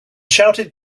shouted